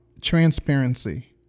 transparency